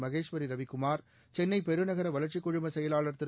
மகேஸ்வாி ரவிக்குமா் சென்னை பெருநகர வளா்ச்சிக்குழும செயலாளா் திரு